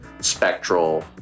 spectral